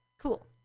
Cool